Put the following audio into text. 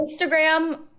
Instagram